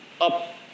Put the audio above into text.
up